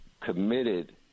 committed